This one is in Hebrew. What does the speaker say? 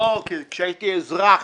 לא כשהייתי אזרח,